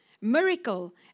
miracle